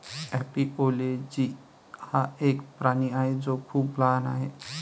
एपिओलोजी हा एक प्राणी आहे जो खूप लहान आहे